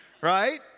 right